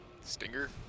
stinger